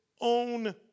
own